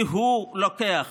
כי הוא לוקח